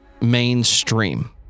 mainstream